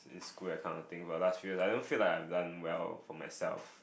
square kind of thing but last you I don't feel like I done well for myself